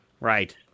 Right